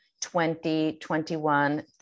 2021